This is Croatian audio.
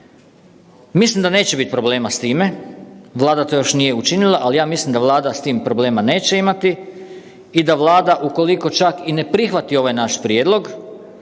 Mislim da neće biti problema s time, Vlada to još nije učinila, ali ja mislim da Vlada s tim problema neće imati i da Vlada ukoliko čak i ne prihvati ovaj naš prijedlog,